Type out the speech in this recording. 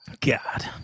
God